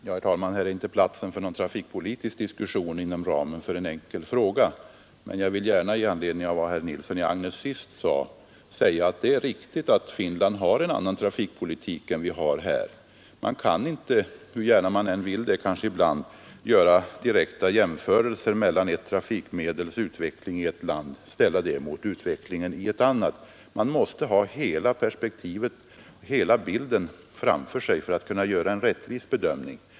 Herr talman! Här är inte platsen för en trafikpolitisk diskussion inom ramen för några enkla frågor. Men jag vill gärna understryka med anledning av vad herr Nilsson i Agnäs senast sade, att det är riktigt att Finland har en annan trafikpolitik än Sverige. Man kan inte, hur gärna man än skulle vilja ibland, ställa utvecklingen för ett trafikmedel i ett land mot utvecklingen för samma trafikmedel i ett annat land och göra en direkt jämförelse. Man måste ha hela bilden framför sig för att kunna göra en rättvis bedömning.